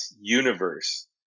universe